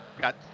got